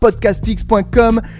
podcastx.com